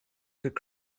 could